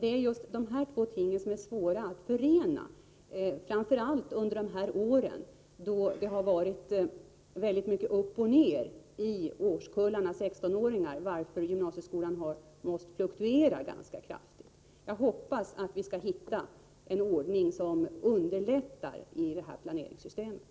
Det är just de två tingen som är svåra att förena, framför allt under de år då det har varit mycket upp och ner i årskullarna med 16-åringar. Gymnasieskolan har därför måst fluktuera ganska kraftigt. Jag hoppas att vi skall hitta en ordning som underlättar planeringssystemet.